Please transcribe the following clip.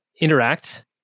interact